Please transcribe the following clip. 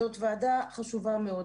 זאת ועדה חשובה מאוד.